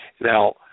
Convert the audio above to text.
Now